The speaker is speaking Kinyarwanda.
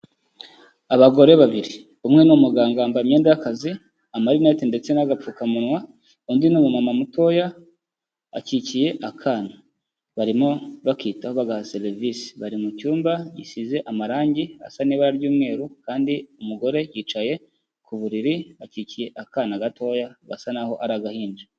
Abagore babiri, umwe ni umuganga yambaye imyenda y'akazi amarinete ndetse n'agapfukamunwa, undi ni umumama mutoya akikiye akana. Barimo bakitaho bagaha serivisi bari mu cyumba gisize amarangi asa n'ibara ry'umweru kandi umugore yicaye ku buriri akikiye akana gatoya gasa naho ari agahinja.